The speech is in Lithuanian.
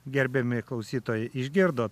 gerbiami klausytojai išgirdot